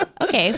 Okay